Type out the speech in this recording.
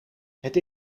het